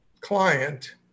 client